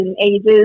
ages